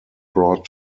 brought